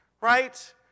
right